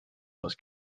was